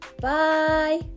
bye